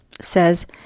says